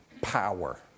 power